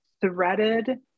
threaded